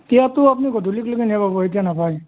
তিয়ঁহটো আপুনি গধূলিকলেকেন কিনিলেহে পাব এতিয়া নাপায়